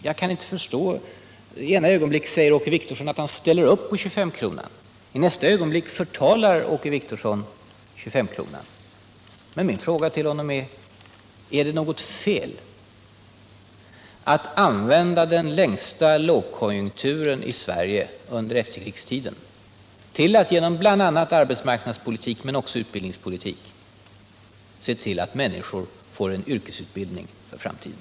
Jag kan inte förstå Åke Wictorsson, som i det ena ögonblicket säger att han ställer upp på 25-kronan men i nästa ögonblick förtalar den. Min fråga till honom är: Är det något fel att använda den längsta lågkonjunkturen i Sverige under efterkrigstiden till att genom bl.a. arbetsmarknadspolitik, men också utbildningspolitik, se till att människor får en yrkesutbildning för framtiden?